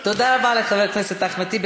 תודה רבה לחבר הכנסת אחמד טיבי.